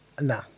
Nah